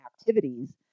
activities